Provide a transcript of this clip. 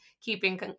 keeping